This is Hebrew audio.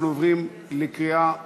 אנחנו עוברים לקריאה שלישית.